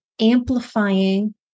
amplifying